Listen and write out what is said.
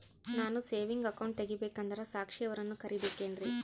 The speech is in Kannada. ನಾನು ಸೇವಿಂಗ್ ಅಕೌಂಟ್ ತೆಗಿಬೇಕಂದರ ಸಾಕ್ಷಿಯವರನ್ನು ಕರಿಬೇಕಿನ್ರಿ?